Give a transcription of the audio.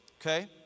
okay